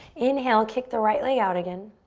inhale, kick the right leg out again.